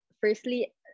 firstly